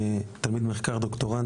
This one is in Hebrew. תלמיד מחקר דוקטורנט,